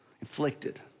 inflicted